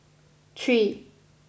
three